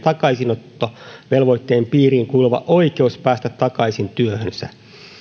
takaisinottovelvoitteen piiriin kuuluvan oikeuden päästä takaisin työhönsä